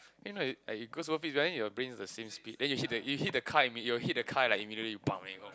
you know are you go above the speed but then your brain is the same speed then you hit the you hit the car im~ you hit the car like immediately bang you know